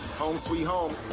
home, sweet home.